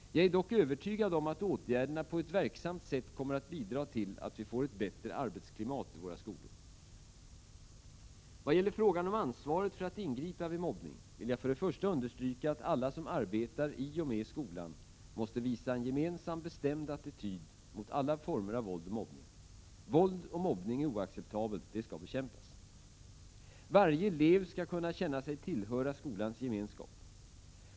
Jag är dock övertygad om att åtgärderna på ett verksamt sätt kommer att bidra till att vi får ett bättre arbetsklimat i våra skolor. Vad gäller frågan om ansvaret för att ingripa vid mobbning vill jag först och främst understryka att alla som arbetar i och med skolan måste visa en gemensam bestämd attityd mot alla former av våld och mobbning. Våld och mobbning är oacceptabelt. Det skall bekämpas. Varje elev skall kunna känna sig tillhöra skolans gemenskap.